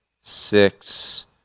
six